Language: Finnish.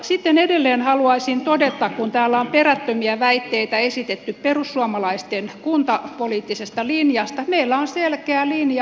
sitten edelleen haluaisin todeta kun täällä on perättömiä väitteitä esitetty perussuomalaisten kuntapoliittisesta linjasta että meillä on selkeä linja